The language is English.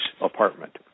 apartment